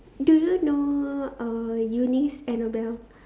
do you know uh Eunice Annabelle